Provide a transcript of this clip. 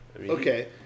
Okay